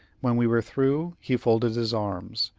when we were through, he folded his arms,